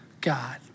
God